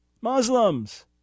Muslims